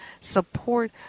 support